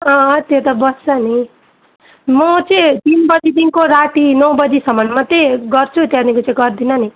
अँ त्यो त बस्छ नि म चाहिँ तिन बजीदेखिन्को राती नौ बजेसम्मन मात्रै गर्छु त्यहाँदेखिको चाहिँ गर्दिनँ नि